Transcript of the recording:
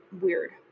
weird